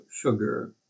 sugar